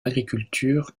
agriculture